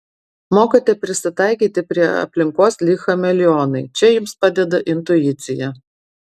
mokate prisitaikyti prie aplinkos lyg chameleonai čia jums padeda intuicija